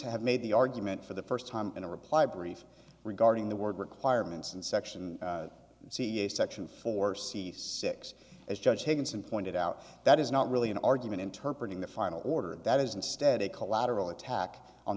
have made the argument for the first time in a reply brief regarding the word requirements and section c a section for c six as judge taken some pointed out that is not really an argument interpret in the final order that is instead a collateral attack on